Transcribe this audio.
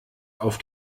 auf